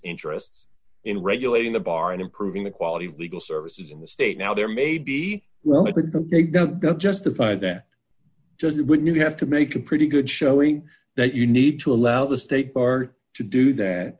interests in regulating the bar and improving the quality of legal services in the state now there may be room but they don't justify that just when you have to make a pretty good showing that you need to allow the state bar to do that